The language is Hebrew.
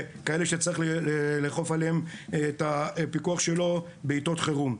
וכאלה שצריך לאכוף עליהם את הפיקוח שלו בעתות חירום.